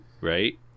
right